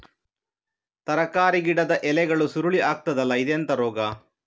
ತರಕಾರಿ ಗಿಡದ ಎಲೆಗಳು ಸುರುಳಿ ಆಗ್ತದಲ್ಲ, ಇದೆಂತ ರೋಗ?